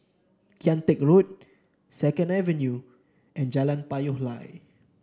Kian Teck Road Second Avenue and Jalan Payoh Lai